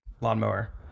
lawnmower